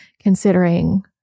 considering